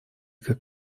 как